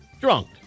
drunk